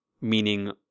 meaning